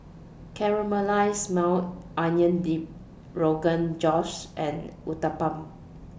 Caramelized Maui Onion Dip Rogan Josh and Uthapam